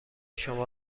شما